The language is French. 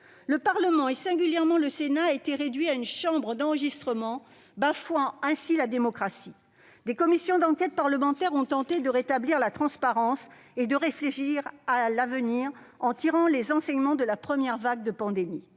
le Parlement- singulièrement le Sénat -à une chambre d'enregistrement, bafouant ainsi la démocratie. Des commissions d'enquête parlementaires ont tenté de rétablir la transparence et de réfléchir à l'avenir, en tirant les enseignements de la première vague de la pandémie.